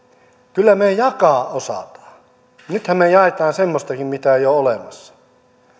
kyllä me jakaa osaamme nythän me jaamme semmoistakin mitä ei ole olemassa